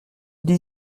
dix